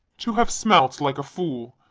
to have smell'd like a fool.